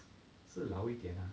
是老一点 ah